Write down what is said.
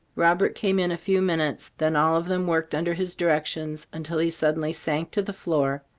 robert came in a few minutes, then all of them worked under his directions until he suddenly sank to the floor,